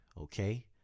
okay